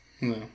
No